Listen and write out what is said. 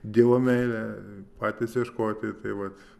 dievo meilę patys ieškoti tai vat